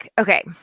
Okay